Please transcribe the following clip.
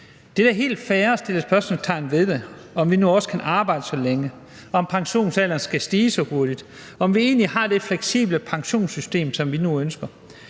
Det er da helt fair at sætte spørgsmålstegn ved det, nemlig om vi nu også kan arbejde så længe, og om pensionsalderen skal stige så hurtigt, altså om vi egentlig har det fleksible pensionssystem, som vi nu ønsker.